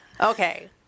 okay